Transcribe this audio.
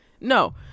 no